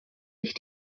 sich